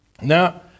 Now